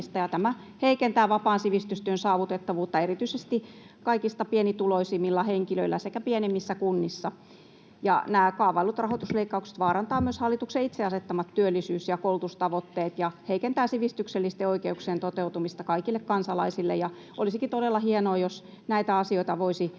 tämä heikentää vapaan sivistystyön saavutettavuutta erityisesti kaikista pienituloisimmilla henkilöillä sekä pienimmissä kunnissa. Nämä kaavaillut rahoitusleikkaukset vaarantavat myös hallituksen itse asettamat työllisyys- ja koulutustavoitteet ja heikentävät sivistyksellisten oikeuksien toteutumista kaikille kansalaisille. Olisikin todella hienoa, jos näitä asioita,